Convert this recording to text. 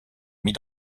amie